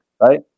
right